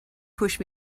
push